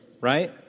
Right